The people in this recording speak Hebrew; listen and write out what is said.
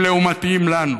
הם לעומתיים לנו.